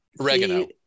oregano